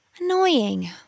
Annoying